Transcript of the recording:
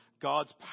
God's